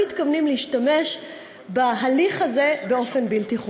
מתכוונים להשתמש בהליך הזה באופן בלתי חוקי.